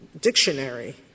dictionary